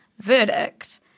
verdict